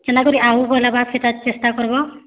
କେନ୍ତାକରି ଆଉ ଭଲ୍ ହେବା ସେଟା ଚେଷ୍ଟା କର୍ବ